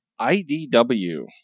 idw